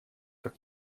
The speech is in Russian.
как